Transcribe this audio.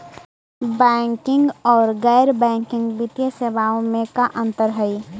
Banking और गैर banking वित्तीय सेवाओं में का अंतर हइ?